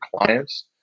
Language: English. clients